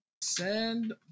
Send